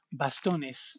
bastones